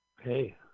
Hey